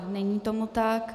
Není tomu tak.